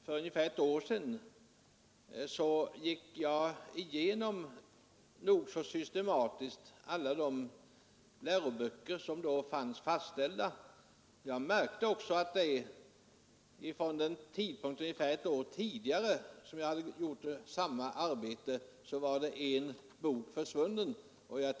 För ungefär ett år sedan gick jag systematiskt igenom alla de läroböcker som då fanns fastställda. Jag hade gjort samma arbete ungefär ett år tidigare. Nu var en bok försvunnen.